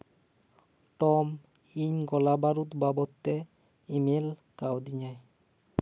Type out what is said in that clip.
ᱴᱚᱢ ᱤᱧ ᱜᱚᱞᱟ ᱵᱟᱹᱨᱩᱫᱽ ᱵᱟᱵᱚᱫ ᱛᱮ ᱤᱢᱮᱞ ᱠᱟᱣᱫᱤᱧᱟ ᱭ